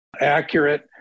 accurate